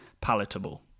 palatable